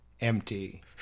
empty